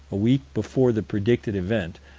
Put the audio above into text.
a week before the predicted event,